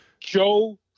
Joe